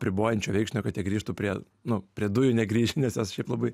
apribojančio veiksnio kad jie grįžtų prie nu prie dujų negrįš nes jos šiaip labai